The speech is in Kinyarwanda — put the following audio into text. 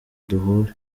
duhure